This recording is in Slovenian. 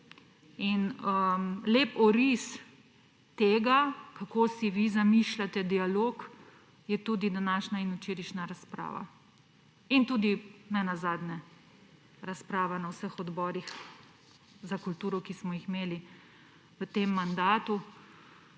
Lep oris tega, kako si vi zamišljate dialog, je tudi današnja in včerajšnja razprava ter tudi tudi razprava na vseh odborih za kulturo, ki smo jih imeli v tem mandatu,